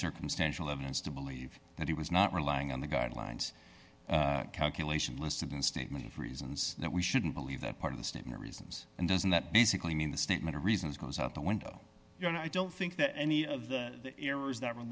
circumstantial evidence to believe that he was not relying on the guidelines calculation listed and statement of reasons that we shouldn't believe that part of the statement reasons and doesn't that basically mean the statement of reasons goes out the window and i don't think that any of the errors that were